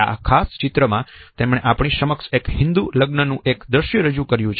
આ ખાસ ચિત્રમાં તેમણે આપણી સમક્ષ એક હિન્દુ લગ્ન નું એક દ્રશ્ય રજુ કર્યું છે